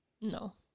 No